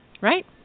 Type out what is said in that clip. right